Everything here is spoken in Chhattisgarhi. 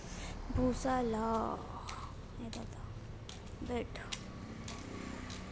भूसा ल जानवर ल सुख्खा अउ कोटना म फिंजो के खवाय जाथे, गाय गरुवा मन बर चारा के बरोबर काम आथे